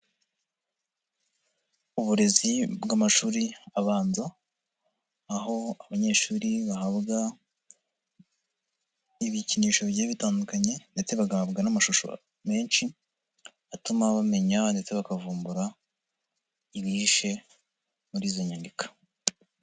Uburezi bw'amashuri abanza, aho abanyeshuri bahabwa ibikinisho bigiye bitandukanye ndetse bagahabwa n'amashusho menshi atuma bamenya ndetse bakavumbura ibihishe muri izo nyandiko.